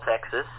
Texas